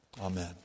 Amen